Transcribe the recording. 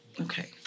Okay